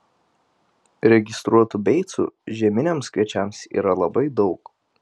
registruotų beicų žieminiams kviečiams yra labai daug